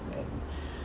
and